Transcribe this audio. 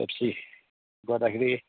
Pepsi गर्दाखेरि